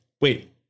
wait